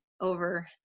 over